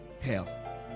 hell